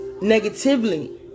negatively